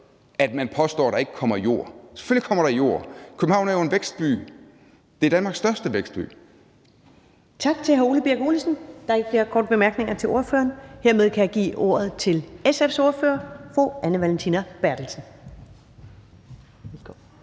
at man påstår, at der ikke kommer jord. Selvfølgelig kommer der jord. København er jo en vækstby. Det er Danmarks største vækstby.